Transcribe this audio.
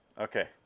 Okay